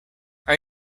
are